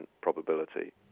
probability